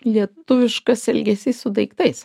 lietuviškas elgesys su daiktais